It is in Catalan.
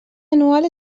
anual